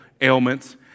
ailments